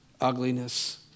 ugliness